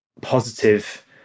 positive